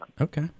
Okay